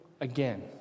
again